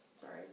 Sorry